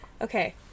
Okay